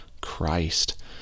Christ